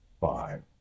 Five